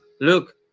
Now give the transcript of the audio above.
Look